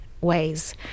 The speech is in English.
ways